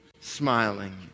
smiling